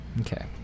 Okay